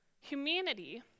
humanity